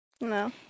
No